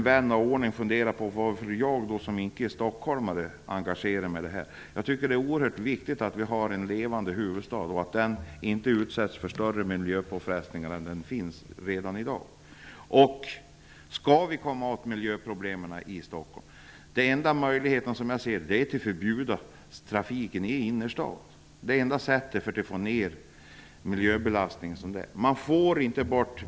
Vän av ordning funderar säkert på varför jag som inte är stockholmare engagerar mig i denna fråga. Jag tycker att det är oerhört viktigt att vi har en levande huvudstad och att staden inte utsätts för större miljöpåfrestningar än vad som redan sker i dag. Enda sättet att komma åt miljöproblemen i Stockholm är att förbjuda trafiken i innerstaden. Det är enda sättet att få ned miljöbelastningen.